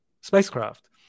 spacecraft